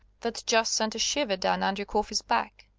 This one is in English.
that just sent a shiver down andrew coffey's back.